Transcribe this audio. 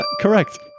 Correct